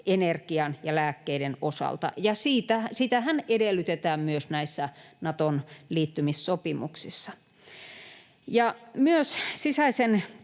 energian ja lääkkeiden osalta, ja sitähän edellytetään myös näissä Naton liittymissopimuksissa. Myös sisäisen